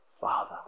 Father